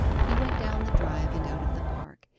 he went down the drive and out of the park,